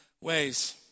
ways